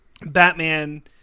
Batman